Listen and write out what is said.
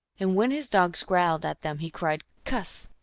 and when his dogs growled at them he cried, cuss!